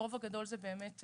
הרוב הגדול זה בעלי מוגבלויות.